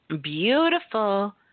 beautiful